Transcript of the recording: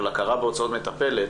של הכרה בהוצאות מטפלת.